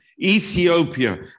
Ethiopia